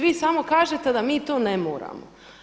Vi samo kažete da mi to ne moramo.